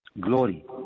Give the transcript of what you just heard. Glory